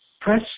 press